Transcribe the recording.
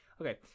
Okay